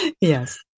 yes